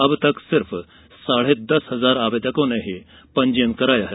अब तक सिर्फ साढ़े दस हजार आवेदकों ने ही पंजीयन कराया है